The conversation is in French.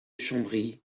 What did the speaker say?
chambry